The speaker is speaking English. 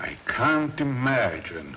i can't imagine